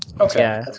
Okay